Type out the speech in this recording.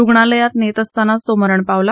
रुग्णालयात नेत असतानाच तो मरण पावला